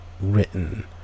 written